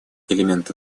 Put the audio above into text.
элементы